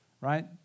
right